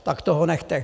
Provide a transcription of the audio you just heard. Tak toho nechte.